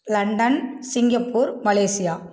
London Singapore Malaysia